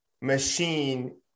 machine